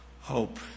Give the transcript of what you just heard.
Hope